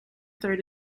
third